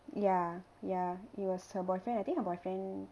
ya ya it was her boyfriend I think her boyfriend